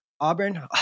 Auburn